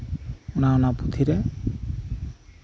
ᱚᱱᱟ ᱚᱱᱟ ᱯᱩᱛᱷᱤᱨᱮ